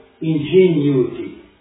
ingenuity